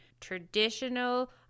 traditional